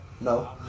No